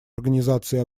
организации